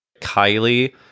Kylie